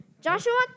Joshua